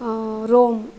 Rome